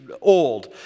old